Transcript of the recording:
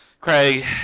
Craig